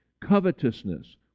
covetousness